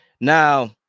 now